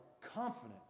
confident